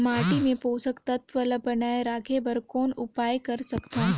माटी मे पोषक तत्व ल बनाय राखे बर कौन उपाय कर सकथव?